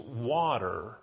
water